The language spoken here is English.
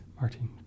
Martin